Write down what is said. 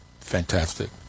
Fantastic